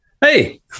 Hey